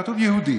כתוב "יהודית".